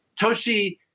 Toshi